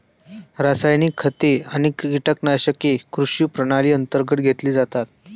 रासायनिक खते आणि कीटकनाशके कृषी प्रणाली अंतर्गत घेतले जातात